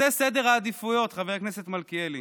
זה סדר העדיפויות, חבר הכנסת מלכיאלי.